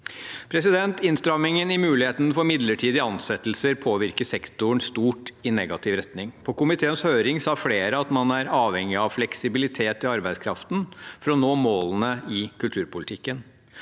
Innstrammingen i muligheten for midlertidige ansettelser påvirker sektoren stort i negativ retning. På komiteens høring sa flere at man er avhengig av fleksibilitet i arbeidskraften for å nå målene i kulturpolitikken.